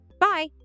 bye